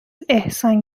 احسان